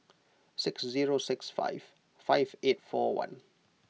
six zero six five five eight four one